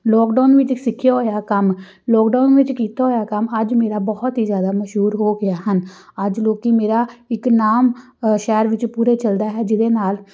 lockdown ਵਿੱਚ ਸਿੱਖਿਆ ਹੋਇਆ ਕੰਮ ਲੋਕਡਾਊਨ ਵਿੱਚ ਕੀਤਾ ਹੋਇਆ ਕੰਮ ਅੱਜ ਮੇਰਾ ਬਹੁਤ ਹੀ ਜ਼ਿਆਦਾ ਮਸ਼ਹੂਰ ਹੋ ਗਿਆ ਹਨ ਅੱਜ ਲੋਕ ਮੇਰਾ ਇੱਕ ਨਾਮ ਸ਼ਹਿਰ ਵਿੱਚ ਪੂਰੇ ਚੱਲਦਾ ਹੈ ਜਿਹਦੇ ਨਾਲ਼